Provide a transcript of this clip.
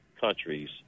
countries